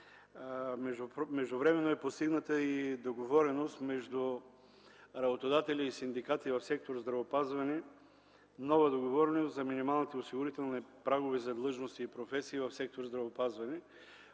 Междувременно е постигната и договореност между работодателя и синдикати в сектор „Здравеопазване” – нова договореност за минималните осигурителни прагове за длъжности и професии в сектор „Здравеопазване”,